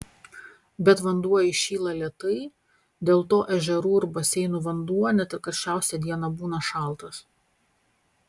bet vanduo įšyla lėtai dėl to ežerų ir baseinų vanduo net ir karščiausią dieną būna šaltas